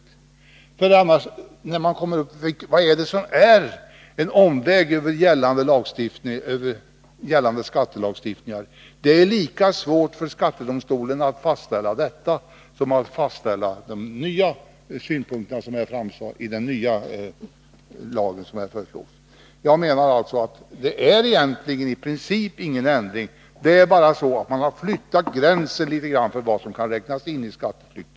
Vad är det som är en omväg över gällande skattelagstiftning? Det är lika svårt för skattedomstolen att fastställa detta som att fastställa de nya synpunkterna i den nya lag som här föreslås. Jag menar alltså att det i princip inte är någon ändring. Det är bara så att man har flyttat gränsen litet för vad som kan räknas som skatteflykt.